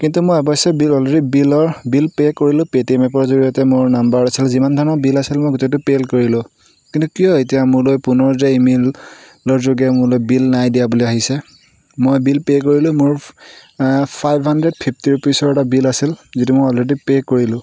কিন্তু মই অৱশ্যেই বিল অলৰেডি বিলৰ বিল পে' কৰিলোঁ পেটিএম এপৰ জৰিয়তে মোৰ নাম্বাৰ আছিল যিমান ধৰণৰ বিল আছিল মই গোটেইটো পে' কৰিলোঁ কিন্তু কিয় এতিয়া মোলৈ পুনৰ যে ইমেইলৰ যোগে মোলৈ বিল নাই দিয়া বুলি আহিছে মই বিল পে' কৰিলোঁ মোৰ ফাইভ হাণ্ড্ৰেড ফিফটি ৰুপিজৰ এটা বিল আছিল যিটো মই অলৰেডি পে' কৰিলোঁ